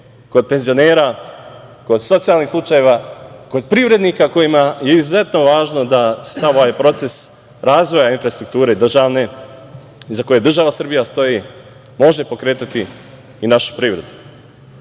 kod penzionera, kod socijalnih slučajeva, kod privrednika kojima je izuzetno važno da ovaj proces razvoja državne infrastrukture iza koje država Srbija stoji može pokretati i našu privredu.